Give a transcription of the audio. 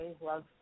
love